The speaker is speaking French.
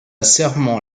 serment